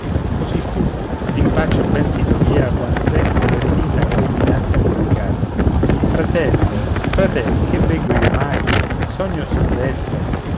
così fu d'impaccio ben si togliea quand'ecco l'eremita gli venne innanzi a predicar fratello fratel che veggo io mai sogno o son desto